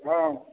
हँ